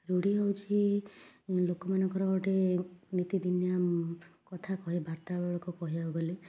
ରୂଢ଼ି ହେଉଛି ଲୋକମାନଙ୍କର ଗୋଟେ ନିତିଦିନିଆ କଥାକହି ବାର୍ତ୍ତାଳକ କହିବାକୁ ଗଲେ